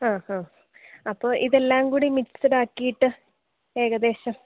ആ ഹാ അപ്പോൾ ഇതെല്ലാം കൂടി മിക്സഡ് ആക്കിയിട്ട് ഏകദേശം